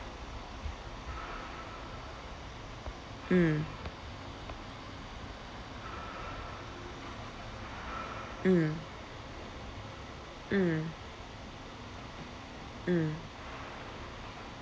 mm mm mm mm